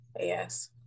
yes